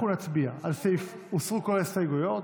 לכן אנחנו נצביע על סעיף, הוסרו כל ההסתייגויות,